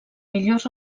millors